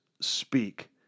speak